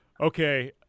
Okay